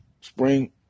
Spring